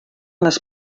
les